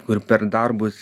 kur per darbus